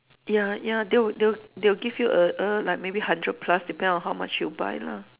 ya ya they will they will they will give you err err like maybe hundred plus depend on how much you buy lah